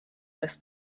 this